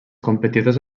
competidors